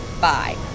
Bye